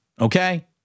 Okay